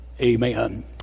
amen